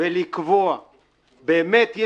ולקבוע באמת,